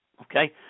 Okay